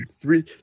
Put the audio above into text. three